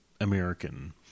American